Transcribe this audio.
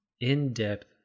in-depth